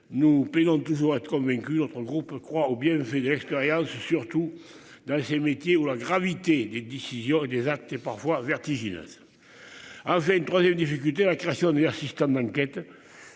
Nous payons toujours être convaincu, autre groupe croit ou bien jet expérience surtout dans ces métiers où la gravité des décisions et des actes, et parfois vertigineuse. Avait une 3ème. Difficulté, la création d'ailleurs système d'enquête.